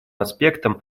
аспектам